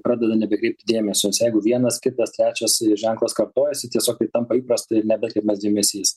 pradeda nebekreipti dėmesio nes jeigu vienas kitas trečias ženklas kartojasi tiesiog tai tampa įprasta ir nebekreipiamas dėmesys